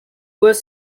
was